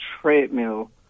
treadmill